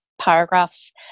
paragraphs